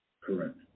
Correct